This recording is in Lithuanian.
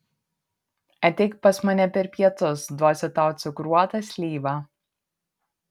ateik pas mane per pietus duosiu tau cukruotą slyvą